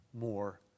more